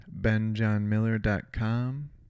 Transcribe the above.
benjohnmiller.com